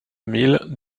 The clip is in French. mille